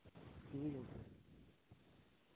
ᱴᱷᱤᱠ ᱜᱮᱭᱟ ᱛᱟᱦᱚᱞᱮ